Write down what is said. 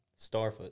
Starfoot